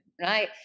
right